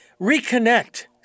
reconnect